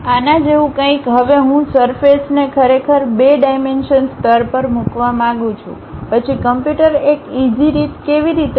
આના જેવું કંઇક હવે હું સરફેસ ને ખરેખર 2 ડાઈમેન્શનસ્તર પર મૂકવા માંગું છું પછી કમ્પ્યુટર એક ઇઝી રીત કેવી રીતે છે